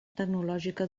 tecnològica